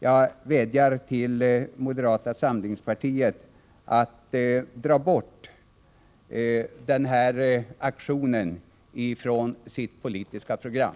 Jag vädjar till moderata samlingspartiet att ta bort den här aktionen från sitt politiska program.